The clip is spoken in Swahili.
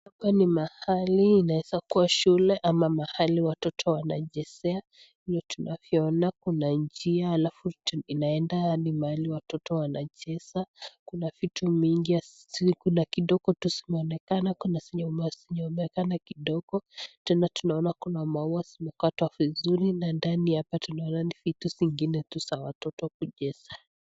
Mahali ambayo inaweza kuwa shule ama mahali watoto wanachezea, kuna njia inayoenda mahali watoto wanacheza. Kuna vitu mingi na kuna zenye zinaonekana kidogo, kuna maua iliyokatwa vizuri na ndani tunaona vitu zingine za watoto kucheza.